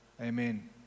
amen